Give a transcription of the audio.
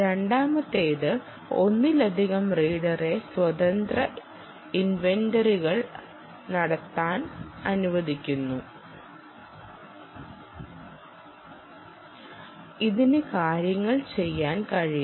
രണ്ടാമത്തേത് ഒന്നിലധികം റീഡറെ സ്വതന്ത്ര ഇൻവെന്ററികൾ നടത്താൻ അനുവദിക്കുന്നു ഇതിന് കാര്യങ്ങൾ ചെയ്യാൻ കഴിയുന്നു